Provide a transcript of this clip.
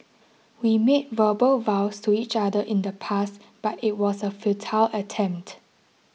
we made verbal vows to each other in the past but it was a futile attempt